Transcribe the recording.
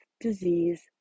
disease